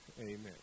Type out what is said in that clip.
Amen